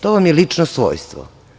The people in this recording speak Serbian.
To vam je lično svojstvo.